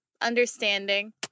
Understanding